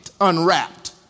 unwrapped